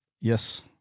Yes